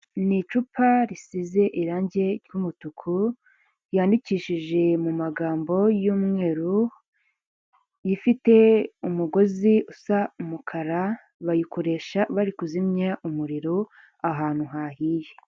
Ni icupa risize irangi ry'umutuku ryandikishije mu magambo y'umweru, ifite umugozi usa umukara bayikoresha bari kuzimya umuriro ahantu hahiye.